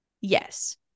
yes